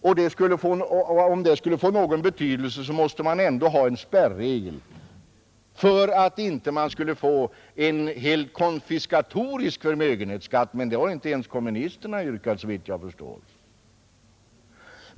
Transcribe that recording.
Om det skulle få någon betydelse måste man ändå ha en spärregel för att man inte skulle få en helt konfiskatorisk förmögenhetsskatt, och det har såvitt jag förstår inte ens kommunisterna yrkat.